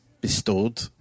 bestowed